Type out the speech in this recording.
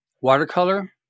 watercolor